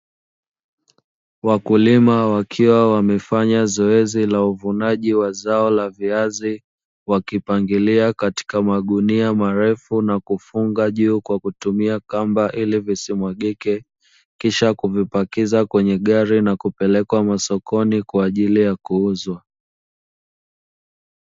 Wakulima wakiwa wamefanya zoezi la uvunaji wa zao la viazi. Wakipangilia katika magunia marefu na kufunga juu kwa kutumia kamba ili visimwagike, kisha kuvipakiza kwenye gari na kupeleka masokoni kwa ajili ya kuuzwa.